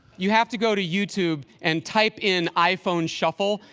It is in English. you have to go to youtube and type in iphone shuffle.